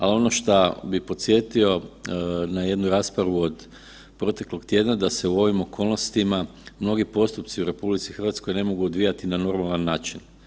A ono šta bi podsjetio na jednu raspravu od proteklog tjedna da se u ovim okolnostima mnogi postupci u RH ne mogu odvijati na normalan način.